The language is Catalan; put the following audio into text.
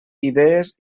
idees